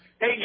Hey